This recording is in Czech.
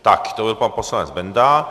Tak to byl pan poslanec Benda.